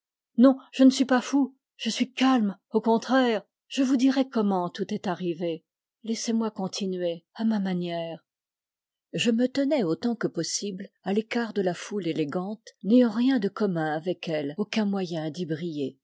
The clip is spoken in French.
non je ne suis pas fou je suis calme au contraire je vous dirai comment tout est arrivé laissez-moi continuer à ma manière je me tenais autant que possible à l'écart de la foule élégante n'ayant rien de commun avec elle aucun moyen d'y briller